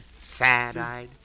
Sad-eyed